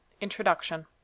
INTRODUCTION